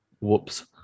whoops